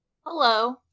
Hello